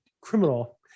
criminal